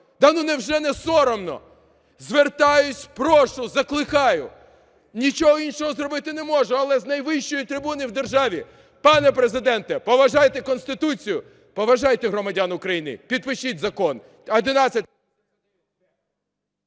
Да, ну, невже не соромно. Звертаюсь, прошу, закликаю. Нічого іншого зробити не можу, але з найвищої трибуни в державі. Пане Президенте, поважайте Конституцію, поважайте громадян України, підпишіть закон...